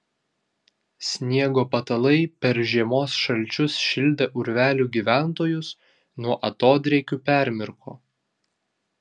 sniego patalai per žiemos šalčius šildę urvelių gyventojus nuo atodrėkių permirko